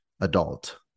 adult